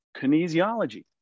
kinesiology